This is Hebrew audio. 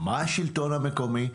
מה השלטון המקומי,